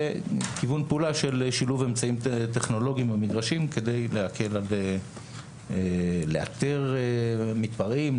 וכיוון פעולה של שימוש באמצעים טכנולוגיים במגרשים כדי לאתר מתפרעים,